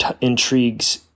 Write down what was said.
intrigues